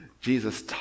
Jesus